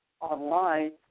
online